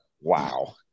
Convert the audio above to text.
wow